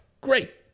Great